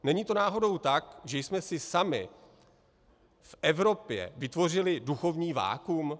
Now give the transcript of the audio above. Není to náhodou tak, že jsme si sami v Evropě vytvořili duchovní vakuum?